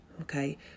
okay